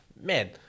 Man